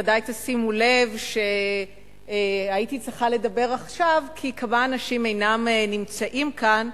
ודאי תשימו לב שהייתי צריכה לדבר עכשיו כי כמה אנשים אינם נמצאים כאן.